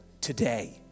today